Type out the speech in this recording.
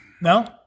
No